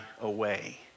away